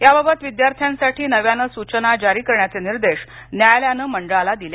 याबाबत विद्यार्थ्यांसाठी नव्याने सूचना जारी करण्याचे निर्देश न्यायालयानं मंडळाला दिले